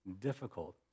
difficult